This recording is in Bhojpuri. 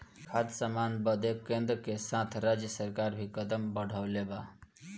खाद्य सामान बदे केन्द्र के साथ राज्य सरकार भी कदम बढ़ौले बा